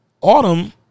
Autumn